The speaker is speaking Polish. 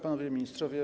Panowie Ministrowie!